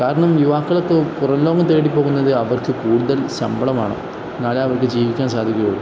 കാരണം യുവാക്കളൊക്കെ പുറം ലോകം തേടി പോകുന്നത് അവർക്ക് കൂടുതൽ ശമ്പളമാണ് എന്നാലെ അവർക്ക് ജീവിക്കാൻ സാധിക്കുകയുള്ളൂ